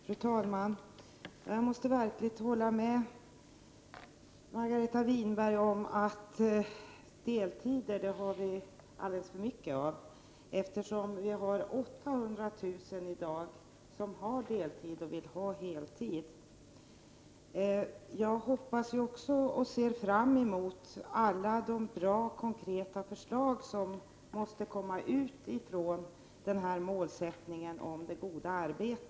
Fru talman! Jag måste verkligen hålla med Margareta Winberg om att vi har alldeles för många deltidsarbeten. I dag finns det 800 000 personer som har deltid, men vill ha heltid. Jag hoppas också på och ser fram emot alla de bra och konkreta förslag som måste komma fram utifrån målsättningen om det goda arbetet.